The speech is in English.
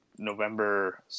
november